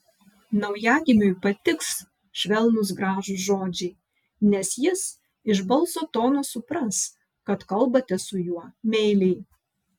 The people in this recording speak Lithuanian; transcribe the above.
naujagimiui patiks švelnūs gražūs žodžiai nes jis iš balso tono supras kad kalbate su juo meiliai